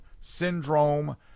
Syndrome